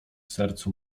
sercu